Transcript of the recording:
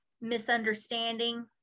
misunderstanding